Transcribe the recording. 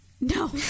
No